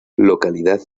localidad